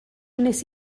wnes